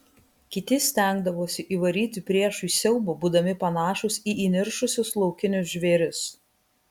kiti stengdavosi įvaryti priešui siaubą būdami panašūs į įniršusius laukinius žvėris